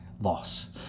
loss